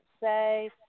say –